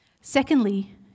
Secondly